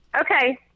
okay